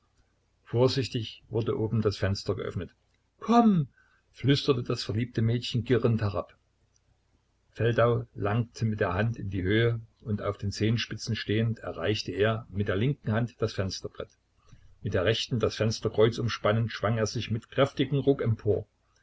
vorsichtig wurde oben das fenster geöffnet komm flüsterte das verliebte mädchen girrend herab feldau langte mit der hand in die höhe und auf den zehenspitzen stehend erreichte er mit der linken hand das fensterbrett mit der rechten das fensterkreuz umspannend schwang er sich mit kräftigem ruck empor